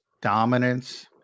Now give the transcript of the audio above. dominance